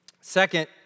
Second